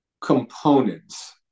components